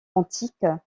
antique